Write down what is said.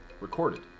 recorded